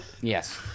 Yes